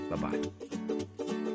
Bye-bye